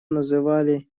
называли